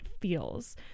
feels